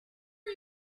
are